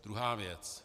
Druhá věc.